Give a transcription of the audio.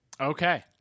Okay